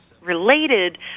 related